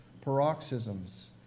paroxysms